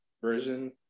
version